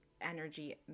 energy